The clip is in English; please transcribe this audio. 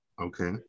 Okay